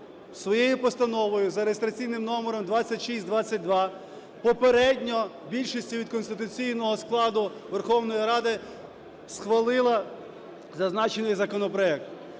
своєю Постановою за реєстраційним номером 2622 попередньо більшістю від конституційного складу Верховної Ради схвалила зазначений законопроект.